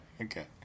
okay